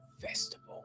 Festival